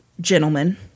gentlemen